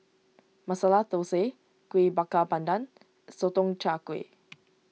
Masala Thosai Kuih Bakar Pandan and Sotong Char Kway